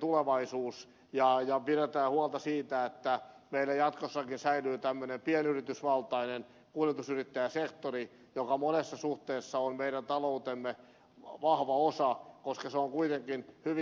tulevaisuus ja pidetään huolta siitä että meillä jatkossakin säilyy tämmöinen pienyritysvaltainen kuljetusyrittäjäsektori joka monessa suhteessa on meidän taloutemme vahva osa koska se on kuitenkin hyvin joustava